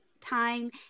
time